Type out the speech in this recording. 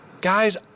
Guys